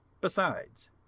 Besides